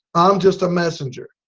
i'm just a messagenger.